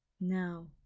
Now